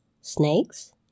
Snakes